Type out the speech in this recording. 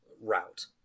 route